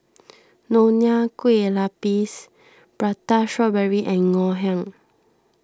Nonya Kueh Lapis Prata Strawberry and Ngoh Hiang